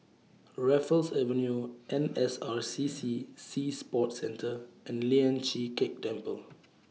Raffles Avenue N S R C C Sea Sports Centre and Lian Chee Kek Temple